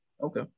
Okay